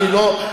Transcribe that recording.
נכון,